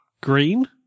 green